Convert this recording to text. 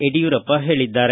ಯಡಿಯೂರಪ್ಪ ಹೇಳಿದ್ದಾರೆ